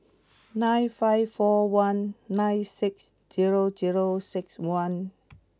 nine five four one nine six zero zero six one